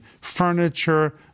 furniture